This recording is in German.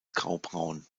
graubraun